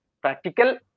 practical